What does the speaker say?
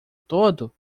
todo